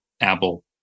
Apple